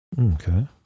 Okay